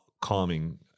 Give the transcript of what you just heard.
calming